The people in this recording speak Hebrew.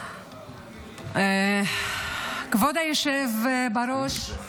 כבוד היושב בראש,